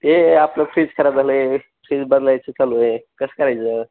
ते आपलं फ्रीज खराब झालं आहे फ्रीज बदलायच चालू आहे कसं करायचं